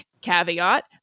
caveat